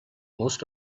most